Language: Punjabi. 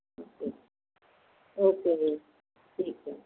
ਓਕੇ ਓਕੇ ਜੀ ਠੀਕ ਹੈ